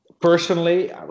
Personally